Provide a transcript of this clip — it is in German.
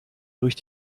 durch